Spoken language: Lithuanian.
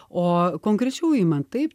o konkrečiau imant taip